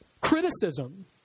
criticism